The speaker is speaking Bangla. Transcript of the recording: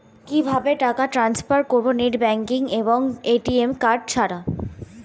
কিভাবে টাকা টান্সফার করব নেট ব্যাংকিং এবং এ.টি.এম কার্ড ছাড়া?